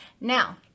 now